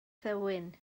thywyn